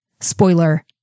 spoiler